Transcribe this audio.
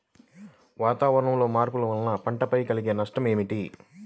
వాతావరణంలో మార్పుల వలన పంటలపై కలిగే నష్టం ఏమిటీ?